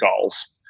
goals